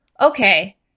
Okay